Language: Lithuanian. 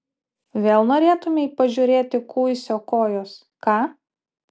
vėl norėtumei pažiūrėti kuisio kojos ką